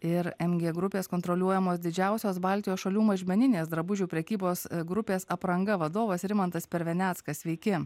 ir mg grupės kontroliuojamos didžiausios baltijos šalių mažmeninės drabužių prekybos grupės apranga vadovas rimantas perveneckas sveiki